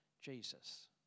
Jesus